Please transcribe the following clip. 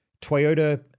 Toyota